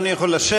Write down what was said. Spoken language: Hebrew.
אדוני יכול לשבת.